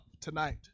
tonight